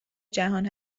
جهان